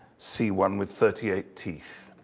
c one with thirty eight teeth.